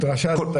אני